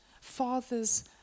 Father's